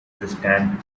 distant